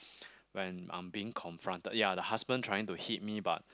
when I'm being confronted ya the husband trying to hit me but